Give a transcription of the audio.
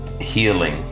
healing